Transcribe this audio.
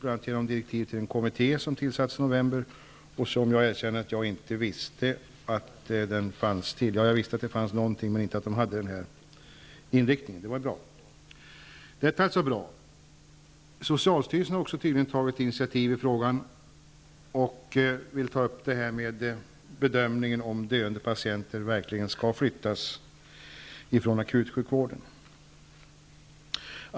Bl.a. har direktiv givits till en kommitté, som tillsattes i november. Jag erkänner att jag inte visste att det fanns en kommitté med den inriktningen. Socialstyrelsen har tydligen också tagit initiativ i frågan och vill ta upp detta med bedömningen av om döende patienter verkligen skall flyttas från akutsjukvården.